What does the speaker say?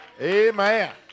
Amen